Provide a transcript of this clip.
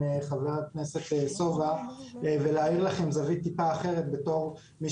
חבר הכנסת סובה ולהאיר לכם זווית טיפה אחרת בתור מי